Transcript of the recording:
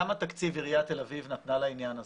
כמה תקציב עיריית תל אביב נתנה לעניין הזה?